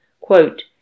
quote